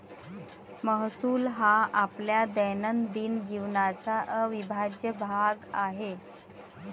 महसूल हा आपल्या दैनंदिन जीवनाचा अविभाज्य भाग आहे